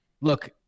look